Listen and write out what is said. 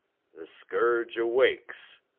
the scourge awakes,